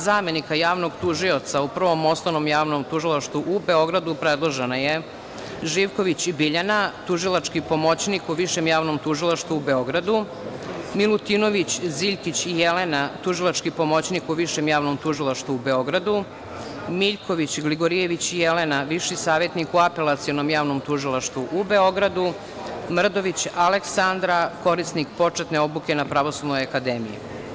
Za zamenika javnog tužioca u Prvom osnovnom javnom tužilaštvu u Beogradu predložena je Živković Biljana, tužilački pomoćnik o Višem javnom tužilaštvu u Beogradu, Milutinović Ziljkić Jelena, tužilački pomoćnik u Višem javnom tužilaštvu u Beogradu, Miljković Gligorijević Jelena, viši savetnik u Apelacionom javnom tužilaštvu u Beogradu, Mrdović Aleksandra, korisnik početne obuke na Pravosudnoj akademiji.